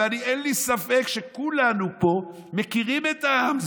ואין לי ספק שכולנו פה מכירים את העם.